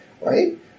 right